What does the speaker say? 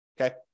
okay